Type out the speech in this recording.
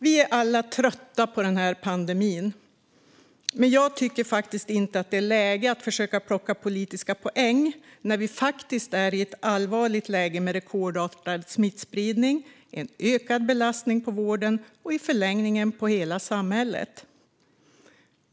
Vi är alla trötta på pandemin, men jag tycker faktiskt inte att det är läge att försöka plocka politiska poäng när vi är i ett allvarligt läge med rekordartad smittspridning och ökad belastning på vården och i förlängningen på hela samhället.